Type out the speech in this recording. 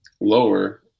lower